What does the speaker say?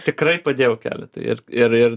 tikrai padėjau keletui ir ir ir